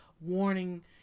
warning